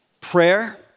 Prayer